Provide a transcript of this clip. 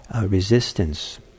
resistance